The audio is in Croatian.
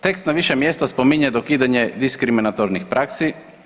Tekst na više mjesta spominje dokidanje diskriminatornih praksi.